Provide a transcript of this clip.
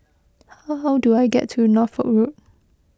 how how do I get to Norfolk Road